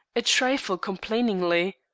a trifle complainingly,